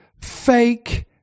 fake